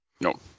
Nope